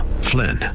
Flynn